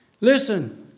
Listen